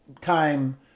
time